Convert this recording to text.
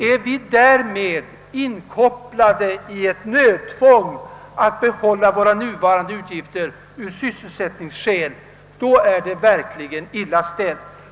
Är vi därmed tvungna att fortsätta med våra nuvarande utgifter av sysselsättningsskäl, då är det illa ställt.